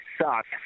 sucks